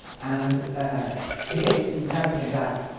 and in case he never came back,